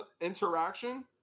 interaction